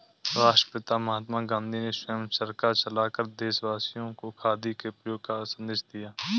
राष्ट्रपिता महात्मा गांधी ने स्वयं चरखा चलाकर देशवासियों को खादी के प्रयोग का संदेश दिया